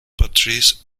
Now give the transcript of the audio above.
patrese